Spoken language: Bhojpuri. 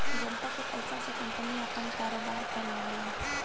जनता के पइसा से कंपनी आपन कारोबार फैलावलन